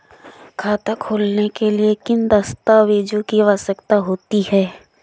खाता खोलने के लिए किन दस्तावेजों की आवश्यकता होती है?